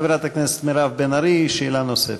חברת הכנסת מירב בן ארי, שאלה נוספת.